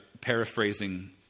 paraphrasing